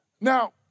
Now